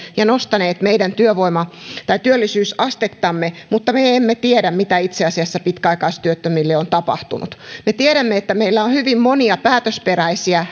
ja nostaneet meidän työllisyysastettamme mutta me emme tiedä mitä itse asiassa pitkäaikaistyöttömille on tapahtunut me tiedämme että meillä on hyvin monia päätösperäisiä